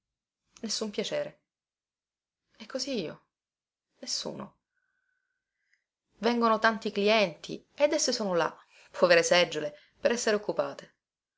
nessun piacere e così io nessuno vengono tanti clienti ed esse sono là povere seggiole per essere occupate